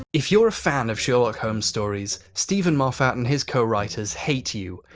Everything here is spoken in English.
if you're a fan of sherlock holmes stories stephen moffat and his co writers hate you.